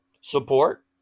support